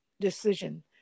decision